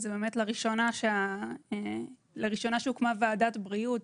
לראשונה הוקמה ועדת בריאות.